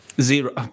Zero